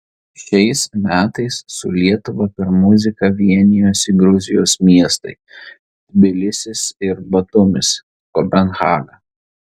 šiais metais su lietuva per muziką vienijosi gruzijos miestai tbilisis ir batumis kopenhaga